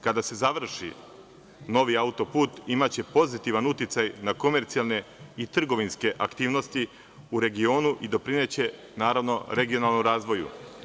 Kada se završi novi autoput imaće pozitivan uticaj na komercijalne i trgovinske aktivnosti u regionu i doprineće regionalnom razvoju.